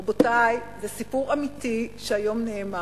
רבותי, זה סיפור אמיתי שהיום נאמר,